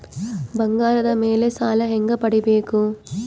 ಬಂಗಾರದ ಮೇಲೆ ಸಾಲ ಹೆಂಗ ಪಡಿಬೇಕು?